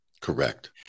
Correct